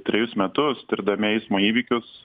trejus metus tirdami eismo įvykius